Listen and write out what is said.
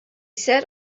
sat